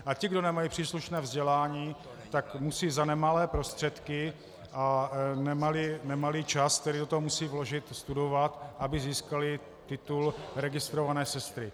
A ti, kdo nemají příslušné vzdělání, tak musí za nemalé prostředky a nemalý čas, který do toho musí vložit, studovat, aby získali titul registrované sestry.